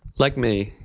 like me,